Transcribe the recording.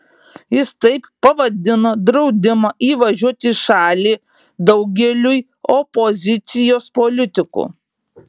jis taip pavadino draudimą įvažiuoti į šalį daugeliui opozicijos politikų